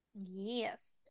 Yes